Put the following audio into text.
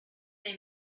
they